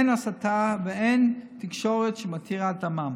אין הסתה ואין תקשורת שמתירה את דמם.